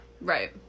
Right